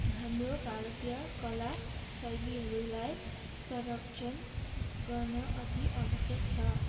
हाम्रो भारतीय कला शैलीहरूलाई संरक्षण गर्न अति आवश्यक छ